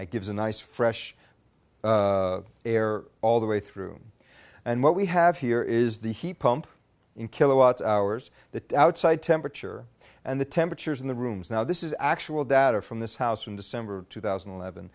and gives a nice fresh air all the way through and what we have here is the heat pump in kilowatt hours the outside temperature and the temperatures in the rooms now this is actual data from this house in december two thousand and eleven